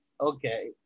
Okay